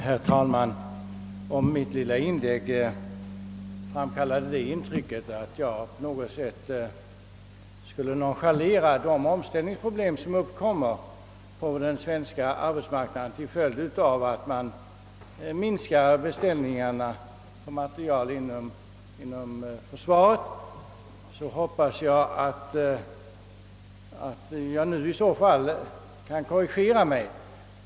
Herr talman! Om mitt lilla inlägg framkallade intrycket att jag på något sätt skulle nonchalera de omställningsproblem, som uppkommer på den svenska arbetsmarknaden till följd av att man minskar beställningarna på materiel inom försvaret, så hoppas jag att jag nu kan korrigera detta.